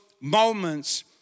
moments